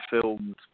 filmed